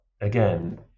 again